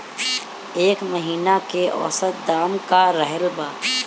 एह महीना खीरा के औसत दाम का रहल बा?